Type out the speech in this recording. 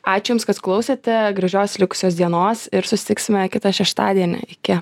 ačiū jums kas klausėte gražios likusios dienos ir susitiksime kitą šeštadienį iki